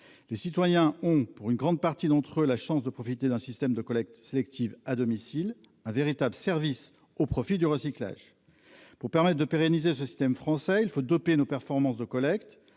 les citoyens ont pour une grande partie d'entre eux, la chance de profiter d'un système de collecte sélective à domicile un véritable service au profit du recyclage pour parler de pérenniser ce système français il faut doper nos performances de collecte